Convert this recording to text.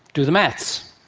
do the maths.